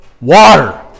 water